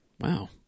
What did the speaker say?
Wow